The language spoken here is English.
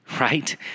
right